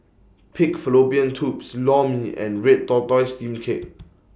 Pig Fallopian Tubes Lor Mee and Red Tortoise Steamed Cake